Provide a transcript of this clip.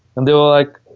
and they were like.